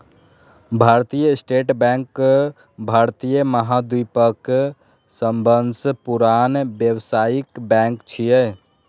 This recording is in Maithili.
भारतीय स्टेट बैंक भारतीय महाद्वीपक सबसं पुरान व्यावसायिक बैंक छियै